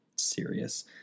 serious